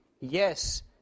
Yes